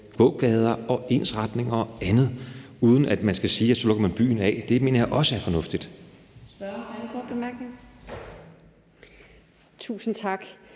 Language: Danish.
gågader, ensretninger og andet, uden at man skal sige, at så lukkes byen af. Det mener jeg også er fornuftigt. Kl.